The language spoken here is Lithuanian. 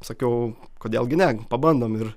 sakiau kodėl gi ne pabandom ir